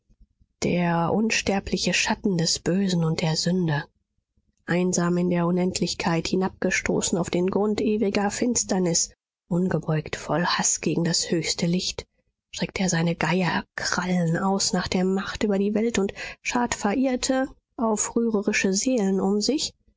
der unsterbliche schatten des bösen und der sünde einsam in der unendlichkeit hinabgestoßen auf den grund ewiger finsternis ungebeugt voll haß gegen das höchste licht streckt er seine geierkrallen aus nach der macht über die welt und schart verirrte aufrührerische seelen um sich